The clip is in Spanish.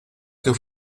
que